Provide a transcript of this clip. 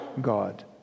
God